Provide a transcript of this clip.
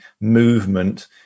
movement